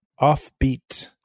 offbeat